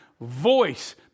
voice